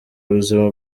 ubuzima